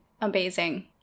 Amazing